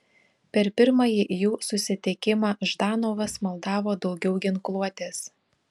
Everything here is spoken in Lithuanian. per pirmąjį jų susitikimą ždanovas maldavo daugiau ginkluotės